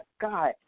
God